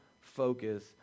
focus